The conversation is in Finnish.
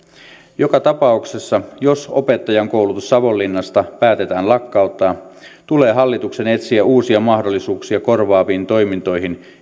joka tapauksessa jos opettajankoulutus savonlinnasta päätetään lakkauttaa tulee hallituksen etsiä uusia mahdollisuuksia korvaaviin toimintoihin